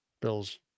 Bills